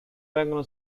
vengono